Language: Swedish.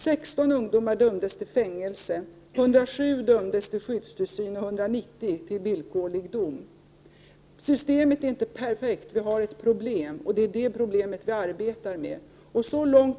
16 ungdomar dömdes till fängelse och 107 till skyddstillsyn, medan 190 fick villkorlig dom. Systemet är inte perfekt. Det finns ett problem, och det är det problemet som vi arbetar med.